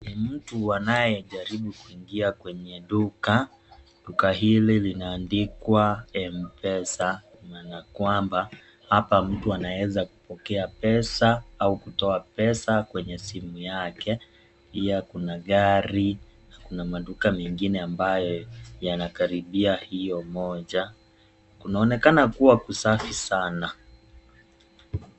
Mtu anayejaribu kuingia kwenye duka, duka hili linandikwa Mpesa maana kwamba hapa mtu anaeza kupokea pesa au kutoa pesa kwenye simu yake, pia kuna gari na kuna maduka mengine ambayo yanakaribia hiyo moja, kunaonekana kuwa kusafi sana.